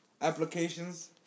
applications